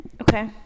Okay